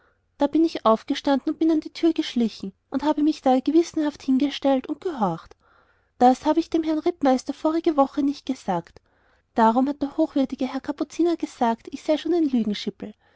da bin ich aufgestanden und bin an die tür geschlichen und habe mich da gewissenhaft hingestellt und gehorcht das habe ich dem herrn rittmeister vorige woche nicht gesagt darum hat der hochwürdige herr kapuziner gesagt ich sei schon ein